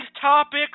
topics